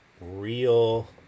real